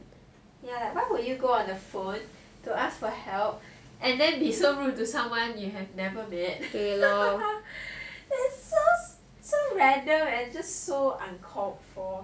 ya why would you go on the phone to ask for help and then be so rude to someone you have never met that's so random and just so uncalled for